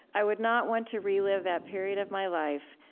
i would not want to relive that period of my life.